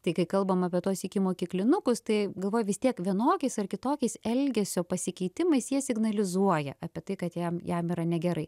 tai kai kalbam apie tuos ikimokyklinukus tai galvoji vis tiek vienokiais ar kitokiais elgesio pasikeitimais jie signalizuoja apie tai kad jam jam yra negerai